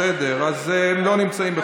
בסדר, אז הם לא נמצאים.